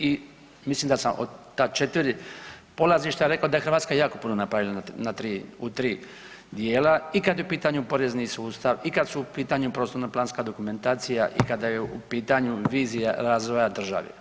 I mislim da sam od ta 4 polazišta rekao da je Hrvatska jako puno napravila u 3 djela i kad je u pitanju porezni sustav, i kad su u pitanju prostorno planska dokumentacija i kada je u pitanju vizija razvoja države.